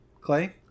Clay